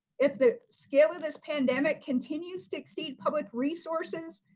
if the scale of this pandemic continues to exceed public resources,